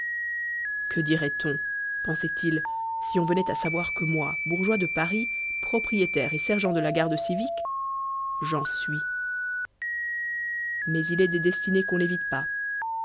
que dirait-on pensait-il si on venait à savoir que moi bourgeois de paris propriétaire et sergent de la garde civique j'en suis mais il est des destinées qu'on n'évite pas